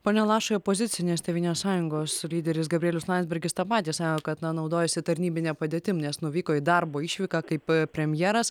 pone lašai opozicinės tėvynės sąjungos lyderis gabrielius landsbergis tą patį sako kad na naudojasi tarnybine padėtim nes nuvyko į darbo išvyką kaip premjeras